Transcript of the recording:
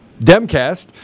Demcast